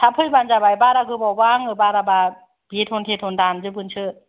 थाब फैबानो जाबाय बारा गोबाव बो आङो बेतन तेतन दानजोबगोनसो